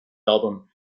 album